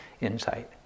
insight